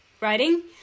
writing